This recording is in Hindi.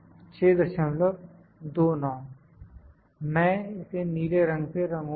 629 मैं इसे नीले रंग से रंगूंगा